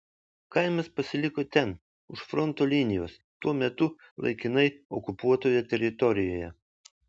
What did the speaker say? kaimas pasiliko ten už fronto linijos tuo metu laikinai okupuotoje teritorijoje